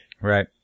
Right